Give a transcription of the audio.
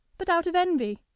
but out of envy,